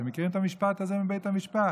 אתם מכירים את המשפט הזה מבית המשפט?